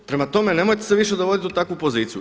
Prema tome nemojte se više dovoditi u takvu poziciju.